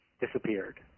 disappeared